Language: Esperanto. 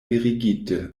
mirigite